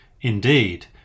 Indeed